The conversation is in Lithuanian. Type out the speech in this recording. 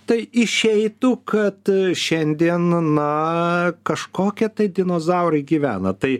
tai išeitų kad šiandien na kažkokie tai dinozaurai gyvena tai